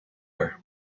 her